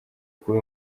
kuba